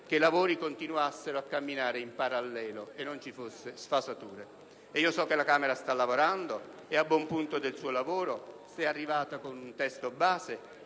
che si continuasse a lavorare in parallelo e non vi fossero sfasature. So che la Camera sta lavorando, è a buon punto del suo lavoro e si è arrivati ad un testo base.